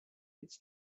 its